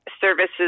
services